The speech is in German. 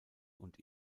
und